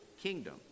kingdom